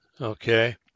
okay